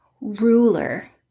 ruler